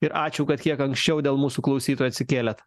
ir ačiū kad kiek anksčiau dėl mūsų klausytojų atsikėlėt